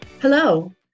Hello